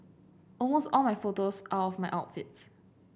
almost all my photos are of my outfits